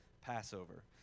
Passover